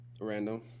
Random